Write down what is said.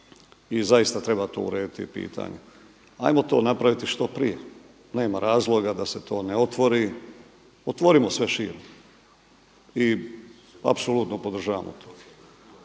i zaista treba tu urediti pitanje. Ajmo to napraviti što prije, nema razloga da se to ne otvori, otvorimo sve širom. I apsolutno podržavamo to.